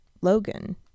Logan